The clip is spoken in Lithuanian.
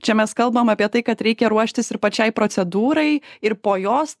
čia mes kalbam apie tai kad reikia ruoštis ir pačiai procedūrai ir po jos